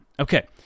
Okay